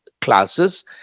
classes